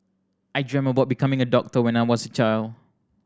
I dreamt of becoming a doctor when I was a child